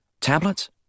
Tablets